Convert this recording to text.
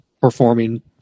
performing